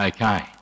Okay